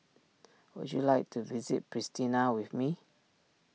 would you like to visit Pristina with me